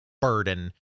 burden